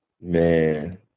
Man